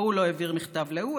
ההוא לא העביר מכתב אל ההוא,